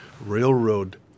railroad